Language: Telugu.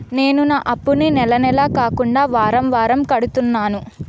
నేను నా అప్పుని నెల నెల కాకుండా వారం వారం కడుతున్నాను